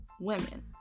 women